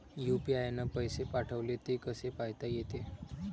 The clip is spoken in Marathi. यू.पी.आय न पैसे पाठवले, ते कसे पायता येते?